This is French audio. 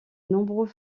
nombreux